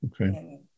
Okay